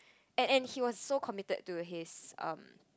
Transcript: and and he was so committed to his um